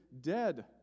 dead